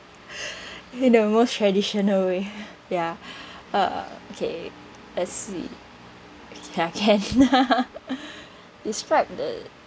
in the most traditional way ya uh okay let's see ya can describe the